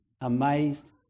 amazed